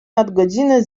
nadgodziny